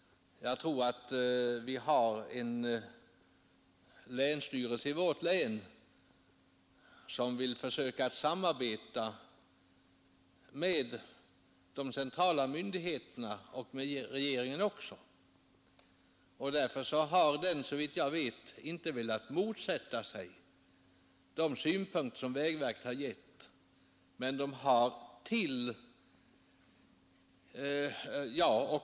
Jag tror att vi har en länsstyrelse i vårt län som vill försöka samarbeta med de centrala myndigheterna och med regeringen. Därför har den, såvitt jag vet, inte velat motsätta sig de synpunkter som vägverket har anfört.